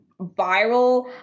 viral